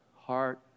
heart